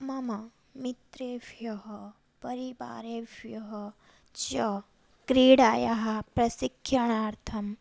मम मित्रेभ्यः परिवारेभ्यः च क्रीडायाः प्रशिक्षणार्थं